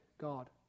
God